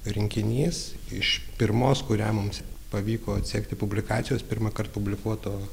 rinkinys iš pirmos kurią mums pavyko atsekti publikacijos pirmąkart publikuoto